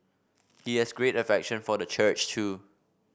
he has great affection for the church too